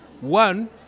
one